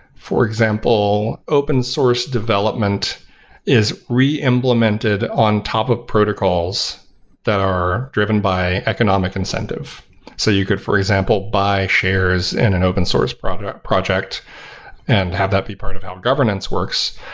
for example, open source development is really implemented on top of protocols that are driven by economic incentive so you could, for example, buy shares in an open source project project and have that be part of how governance works,